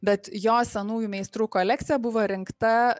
bet jo senųjų meistrų kolekcija buvo rinkta